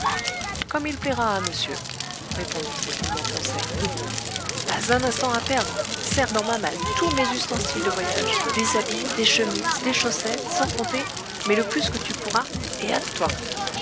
comme il plaira à monsieur répondit tranquillement conseil pas un instant à perdre serre dans ma malle tous mes ustensiles de voyage des habits des chemises des chaussettes sans compter mais le plus que tu pourras et hâte-toi